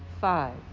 five